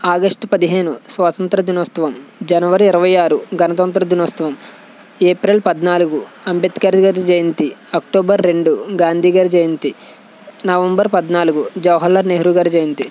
ఆగష్టు పదిహేను స్వాతంత్ర దినోత్సవం జనవరి ఇరవై ఆరు గణతంత్ర దినోత్సవం ఏప్రిల్ పద్నాలుగు అంబేద్కర్ గారి జయంతి అక్టోబర్ రెండు గాంధీ గారి జయంతి నవంబర్ పద్నాలుగు జవహర్ లాల్ నెహ్రూ గారి జయంతి